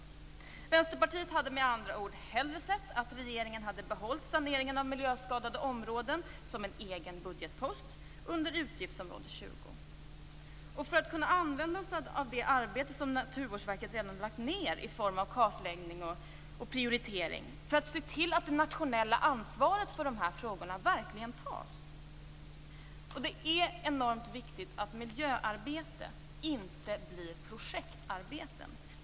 Vi i Vänsterpartiet hade med andra ord hellre sett att regeringen behöll saneringen av miljöskadade områden som en egen budgetpost under utgiftsområde 20. För att vi skall kunna använda oss av det arbete som Naturvårdsverket redan har lagt ned på kartläggning och prioritering och för att se till att det nationella ansvaret för dessa frågor verkligen tas är det enormt viktigt att miljöarbete inte blir projektarbete.